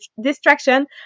distraction